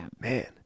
man